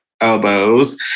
elbows